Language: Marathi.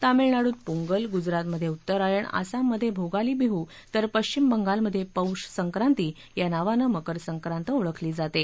तामिळनाडूत पोंगल गुजरातमधे उत्तरायण आसममधे भोगाली बिहु तर पश्चिम बंगालमधे पौष संक्राती या नावाने मकर संक्रात ओळखली जाते